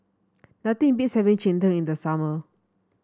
nothing beats having Cheng Tng in the summer